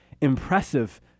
impressive